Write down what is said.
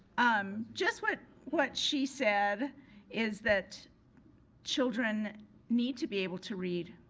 um just what what she said is that children need to be able to read.